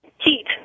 Heat